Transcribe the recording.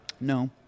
No